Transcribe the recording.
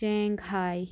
چٮ۪نگہاے